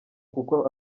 kuko